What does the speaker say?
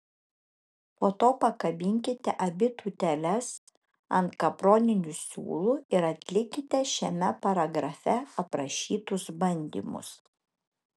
po to pakabinkite abi tūteles ant kaproninių siūlų ir atlikite šiame paragrafe aprašytus bandymus